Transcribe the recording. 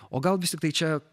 o gal vis tiktai čia